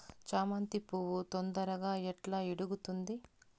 చామంతి పువ్వు తొందరగా ఎట్లా ఇడుగుతుంది?